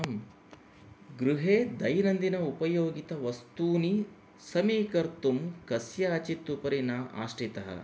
अहं गृहे दैनन्दिन उपयोगितवस्तूनि समी कर्तुं कस्याचित् उपरि ना आश्रितः